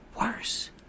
worse